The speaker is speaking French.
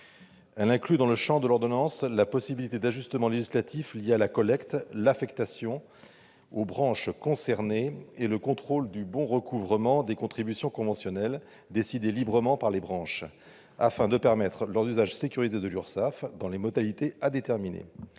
inclut dans le champ de l'ordonnance la possibilité de procéder à des ajustements législatifs liés à la collecte, l'affectation aux branches concernées et le contrôle du bon recouvrement des contributions conventionnelles, décidées librement par les branches, afin de permettre leur usage sécurisé de l'URSSAF, dans des modalités à déterminer.